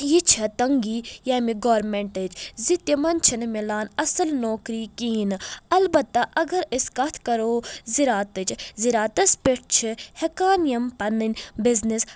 یہِ چھےٚ تنگی ییٚمہِ گورمنٹٕچ زِ تِمن چھنہٕ مِلان اصل نوکٔری کہیٖنۍ نہٕ البتہ اگر أسۍ کتھ کرو ذراتٕچ ذراتس پٮ۪ٹھ چھِ ہٮ۪کان یِم پنٕنۍ بِزنِس